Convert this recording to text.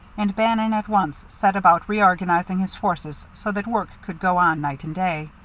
and bannon at once set about reorganizing his forces so that work could go on night and day.